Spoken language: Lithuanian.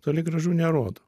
toli gražu nerodo